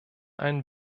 einen